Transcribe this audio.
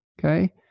okay